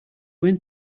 went